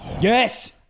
Yes